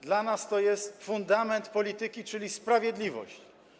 Dla nas to jest fundament polityki, czyli sprawiedliwość.